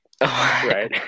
right